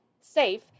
safe